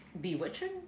bewitching